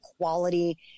quality